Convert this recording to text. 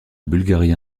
bulgarie